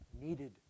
needed